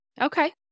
Okay